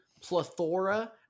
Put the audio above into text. plethora